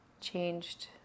changed